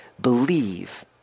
believe